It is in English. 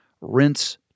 rinse